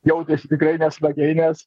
jautėsi tikrai nesmagiai nes